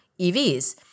EVs